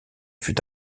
fut